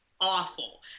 awful